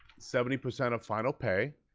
seventy percent of final pay.